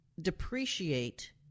depreciate